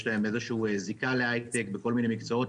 להם איזשהו זיקה להיי-טק בכל מיני מקצועות,